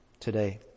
Today